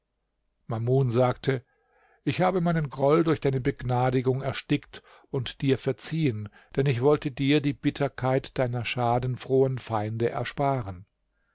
mamun sagte ich habe meinen groll durch deine begnadigung erstickt und dir verziehen denn ich wollte dir die bitterkeit deiner schadenfrohen feinde ersparen